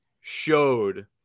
showed